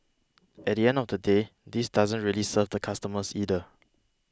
at the end of the day this doesn't really serve the customers either